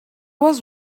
was